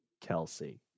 kelsey